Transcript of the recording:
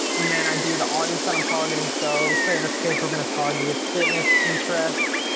and then i do the audience that i'm targeting. so let's say in this case we're gonna target fitness interests.